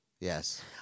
Yes